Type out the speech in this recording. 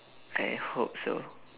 I hope so